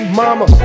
mama